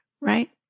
right